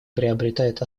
приобретает